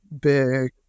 big